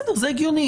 זה הגיוני.